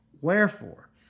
Wherefore